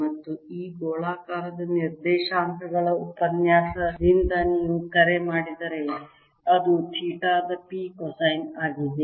ಮತ್ತು ಈ ಗೋಳಾಕಾರದ ನಿರ್ದೇಶಾಂಕಗಳ ಉಪನ್ಯಾಸದಿಂದ ನೀವು ಕರೆ ಮಾಡಿದರೆ ಇದು ಥೀಟಾ ದ p ಕೊಸೈನ್ ಆಗಿದೆ